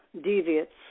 deviates